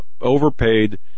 overpaid